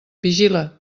vigila